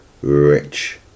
Rich